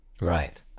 Right